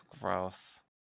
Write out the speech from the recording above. gross